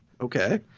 Okay